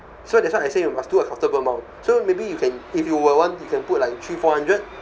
so that's why I say you must do a comfortable amount so maybe you can if you were want you can put like three four hundred